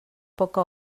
poca